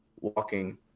walking